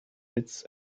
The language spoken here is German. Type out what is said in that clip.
sitz